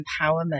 empowerment